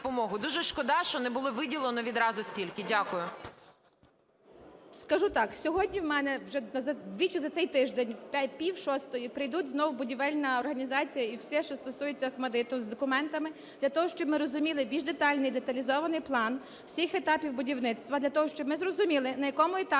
Дуже шкода, що не було виділено відразу стільки. Дякую. 11:14:13 СКАЛЕЦЬКА З.С. Скажу так, сьогодні в мене вже двічі за цей тиждень в пів шостої прийде знов будівельна організація і все, що стосується "Охматдиту", з документами для того, щоб ми розуміли більш детальний, деталізований план всіх етапів будівництва, для того, щоб ми зрозуміли, на якому етапі